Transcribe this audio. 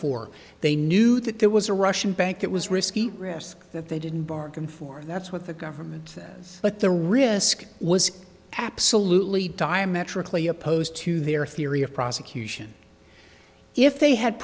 for they knew that there was a russian bank it was risky risky that they didn't bargain for and that's what the government says but the risk was absolutely diametrically opposed to their theory of prosecution if they had